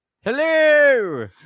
Hello